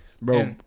Bro